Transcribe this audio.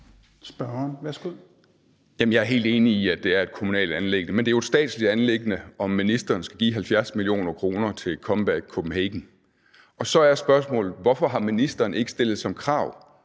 jeg er helt enig i, at det er et kommunalt anliggende, men det er jo et statsligt anliggende, om ministeren skal give 70 mio. kr. til »Comeback Copenhagen«. Og så er spørgsmålet: Hvorfor har ministeren ikke stillet som krav,